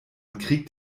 kriegt